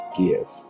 Give